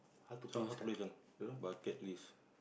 so how to play this one bucket list